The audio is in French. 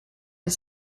est